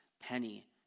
penny